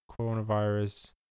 coronavirus